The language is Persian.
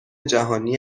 جهانی